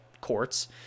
courts